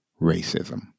racism